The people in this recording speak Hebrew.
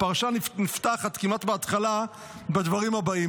הפרשה נפתחת כמעט בהתחלה בדברים הבאים: